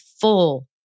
full